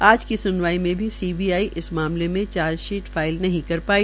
आज की स्नवाई में भी सीबीआई इस मामले मे चार्जशीट फाइल नहीं पाई